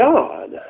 God